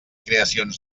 creacions